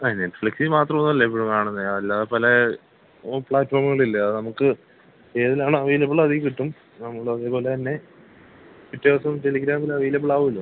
ആ നെറ്റ്ഫ്ലിക്സിൽ മാത്രമല്ലെപ്പോഴും കാണുന്നത് അല്ല പല ഹോം പ്ലാറ്റ്ഫോമുകളില്ലേ അത് നമുക്ക് ഏതിലാണവൈലബിളതിൽ കിട്ടും നമ്മളതേ പോലെ തന്നെ പിറ്റേ ദിവസം ടെലെഗ്രാമിലവൈലബിളാകുമല്ലോ